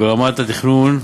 ברמת התכנון,